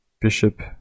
bishop